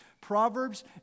Proverbs